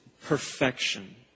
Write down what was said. perfection